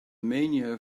mania